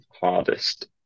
hardest